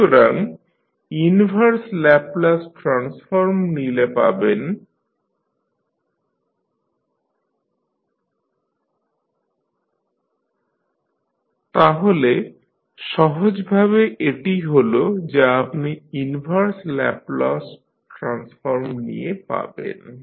সুতরাং inverse Laplace transform নিলে পাবেন tL 1sI A 12e t e 2t e t e 2t 2e t2e 2t e t2e 2t তাহলে সহজ ভাবে এটি হল যা আপনি ইনভার্স ল্যাপলাস ট্রান্সফর্ম নিয়ে পাবেন